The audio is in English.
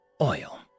oil